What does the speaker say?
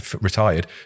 retired